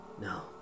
No